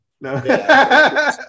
No